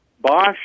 Bosch